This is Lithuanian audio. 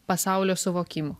pasaulio suvokimo